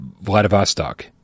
Vladivostok